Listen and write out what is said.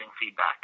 feedback